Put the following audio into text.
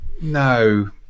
no